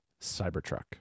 Cybertruck